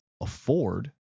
afford